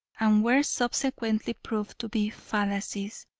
and were subsequently proved to be fallacies.